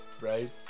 Right